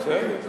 נו.